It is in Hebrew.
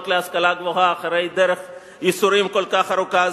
להשכלה הגבוהה אחרי דרך ייסורים כל כך ארוכה,